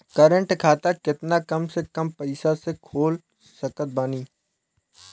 Current खाता केतना कम से कम पईसा से खोल सकत बानी?